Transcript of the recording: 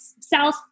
South